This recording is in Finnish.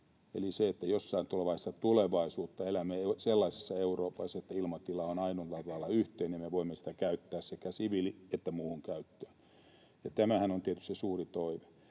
eli se, että jossain vaiheessa tulevaisuutta elämme sellaisessa Euroopassa, että ilmatila on aidolla tavalla yhteinen ja me voimme sitä käyttää sekä siviili- että muuhun käyttöön. Tämähän on tietysti se suuri toive.